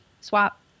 swap